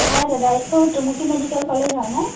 হয় দাদা এইটো টুমুকী মেডিকেল কলেজ হয়নে